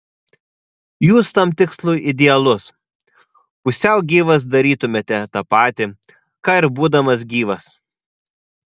jūs tam tikslui idealus pusiau gyvas darytumėte tą patį ką ir būdamas gyvas